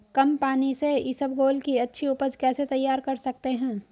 कम पानी से इसबगोल की अच्छी ऊपज कैसे तैयार कर सकते हैं?